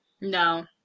No